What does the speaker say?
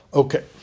okay